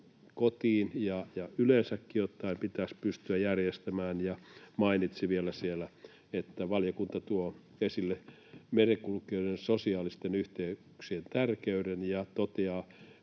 kotiin, yleensäkin ottaen pitäisi pystyä järjestämään, ja mainitsi vielä siellä, että valiokunta tuo esille merenkulkijoiden sosiaalisten yhteyksien tärkeyden ja toteaa